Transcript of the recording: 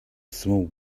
small